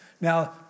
Now